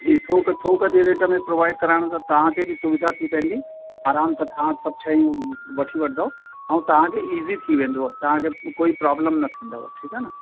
जी थोक थोक जे रेट में प्रोवाइड कराइण सां तव्हांखे बि सुविधा थी पवंदी आराम सां तव्हां सभु शयूं वठी वठंदव ऐं तव्हांखे इज़ी थी वेंदव तव्हांखे कोई प्रॉब्लम न थींदव ठीकु आहे न